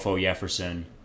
Jefferson